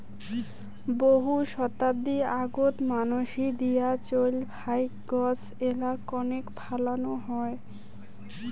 বহু শতাব্দী আগোত মানসি দিয়া চইল ফাইক গছ এ্যালা কণেক ফলানো হয়